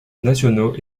nationaux